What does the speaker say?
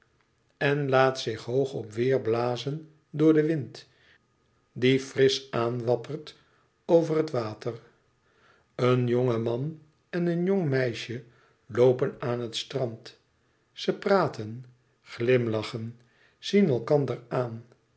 en laat zich hoog op weêr blazen door den wind die frisch aanwappert over het water een jonge man en een jong meisje loopen aan het strand ze praten glimlachen zien elkander aan